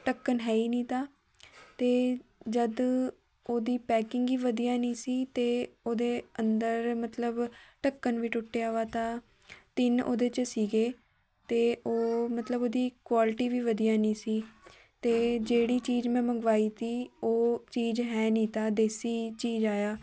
ਢੱਕਣ ਹੈ ਹੀ ਨਹੀਂ ਤਾ ਅਤੇ ਜਦ ਉਹਦੀ ਪੈਕਿੰਗ ਹੀ ਵਧੀਆ ਨਹੀਂ ਸੀ ਅਤੇ ਉਹਦੇ ਅੰਦਰ ਮਤਲਬ ਢੱਕਣ ਵੀ ਟੁੱਟਿਆ ਵਾ ਤਾ ਤਿੰਨ ਉਹਦੇ 'ਚ ਸੀਗੇ ਅਤੇ ਉਹ ਮਤਲਬ ਉਹਦੀ ਕੁਆਲਿਟੀ ਵੀ ਵਧੀਆ ਨਹੀਂ ਸੀ ਅਤੇ ਜਿਹੜੀ ਚੀਜ਼ ਮੈਂ ਮੰਗਵਾਈ ਤੀ ਉਹ ਚੀਜ਼ ਹੈ ਨਹੀਂ ਤਾ ਦੇਸੀ ਚੀਜ਼ ਆਇਆ